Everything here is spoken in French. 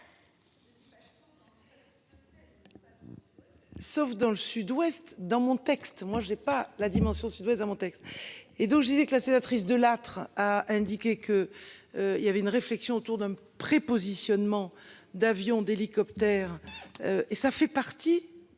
Sauf dans le Sud-Ouest, dans mon texte. Moi j'ai pas la dimension Sud-Ouest dans mon texte et donc je disais que la sénatrice Lattre a indiqué que. Il y avait une réflexion autour d'un prépositionnement. D'avions, d'hélicoptères. Et ça fait partie